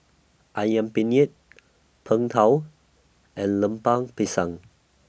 Ayam Penyet Png Tao and Lemper Pisang